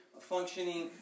functioning